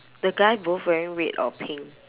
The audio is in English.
the guy both wearing red or pink